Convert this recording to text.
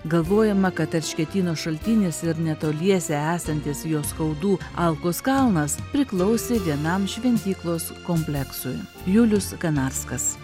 galvojama kad erškėtyno šaltinis ir netoliese esantis juoskaudų alkos kalnas priklausė vienam šventyklos kompleksui julius kanarskas